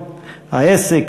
העסק,